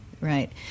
Right